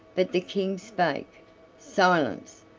but the king spake silence!